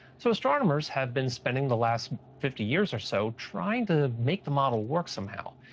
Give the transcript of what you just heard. so astronomers have been spending the last fifty years or so trying to make the model work somehow.